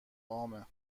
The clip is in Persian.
عامه